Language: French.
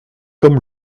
comme